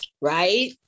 Right